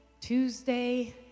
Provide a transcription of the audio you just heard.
Tuesday